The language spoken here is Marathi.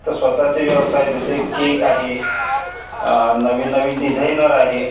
तर स्वतःचे व्यवसाय जसे केक आहे नवीन नवीन डिझायनर आहे